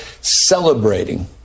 celebrating